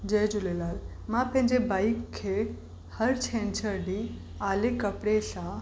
जय झूलेलाल मां पंहिंजे बाइक खे हर छंछरु ॾींहुं आले कपिड़े सां